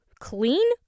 clean